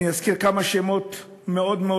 אני אזכיר כמה שמות רבנים מאוד מאוד